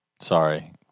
Sorry